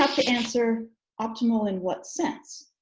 to answer optimal in what sense?